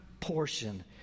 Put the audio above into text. portion